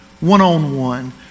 one-on-one